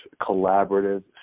collaborative